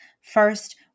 First